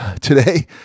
today